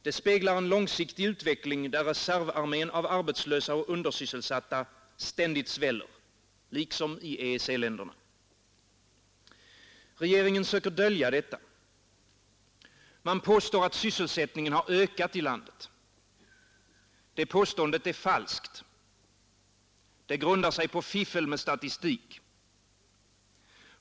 Det speglar en långsiktig utveckling, där reservarmén av arbetslösa och undersysselsatta ständigt sväller — liksom i EEC-länderna. Regeringen söker dölja detta. Den påstår att sysselsättningen har ökat i landet. Det påståendet är falskt. Det grundar sig på fiffel med statistik.